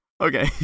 Okay